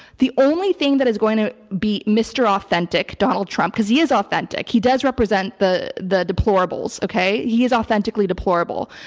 the only thing that is going to beat mr. authentic donald trump, because he is authentic, he does represent the the deplorables. okay? he is authentically deplorable.